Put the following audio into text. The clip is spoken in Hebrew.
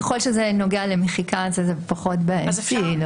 ככל שזה נוגע למחיקה, זה פחות בעייתי.